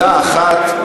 מילה אחת,